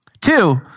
Two